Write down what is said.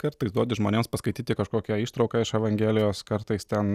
kartais duodi žmonėms paskaityti kažkokią ištrauką iš evangelijos kartais ten